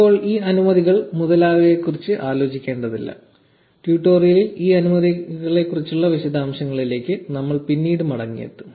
ഇപ്പോൾ ഈ അനുമതികൾ മുതലായവയെക്കുറിച്ച് ആലോചിക്കേണ്ടതില്ല ട്യൂട്ടോറിയലിൽ ഈ അനുമതികളെക്കുറിച്ചുള്ള വിശദാംശങ്ങളിലേക്ക് നമ്മൾ പിന്നീട് മടങ്ങിയെത്തും